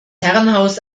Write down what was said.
herrenhaus